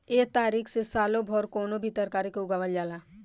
एह तारिका से सालो भर कवनो भी तरकारी के उगावल जाला